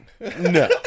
No